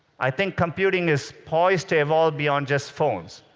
i think computing is poised to evolve beyond just phones.